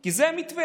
כי זה המתווה,